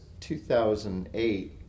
2008